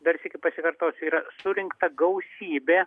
dar sykį pasikartosiu yra surinkta gausybė